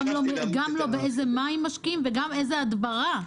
אנחנו לא יודעים באיזה מים משקים ובאיזו הדברה.